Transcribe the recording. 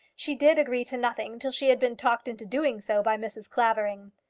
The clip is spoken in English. she did agree to nothing till she had been talked into doing so by mrs. clavering.